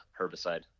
herbicide